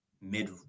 mid